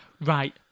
right